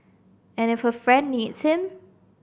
and if a friend needs him